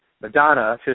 Madonna